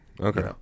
Okay